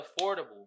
affordable